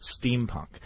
steampunk